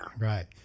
right